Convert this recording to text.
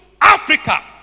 Africa